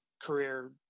career